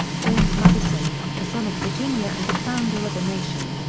james madison a son of virginia and a founder of a nation.